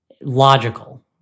logical